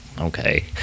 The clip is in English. Okay